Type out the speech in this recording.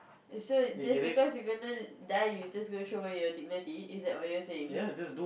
is so just because you gonna die you're just gonna throw away your dignity is that what you're saying